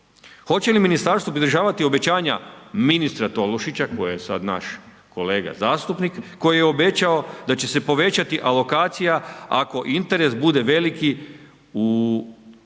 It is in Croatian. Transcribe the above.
Hoće li ministarstvo održati obećanja ministra Tolušića koji je sada naš kolega zastupnik koji je obećao da će se povećati alokacija ako interes bude veliki za taj